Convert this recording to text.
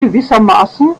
gewissermaßen